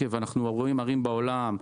אנחנו רואים ערים בעולם,